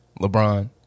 LeBron